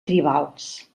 tribals